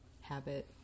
habit